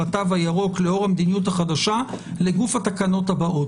התו הירוק לאור המדיניות החדשה לגוף התקנות הבאות.